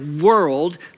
world